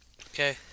Okay